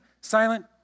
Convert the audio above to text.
silent